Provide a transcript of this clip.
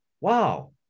wow